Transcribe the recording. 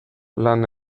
lan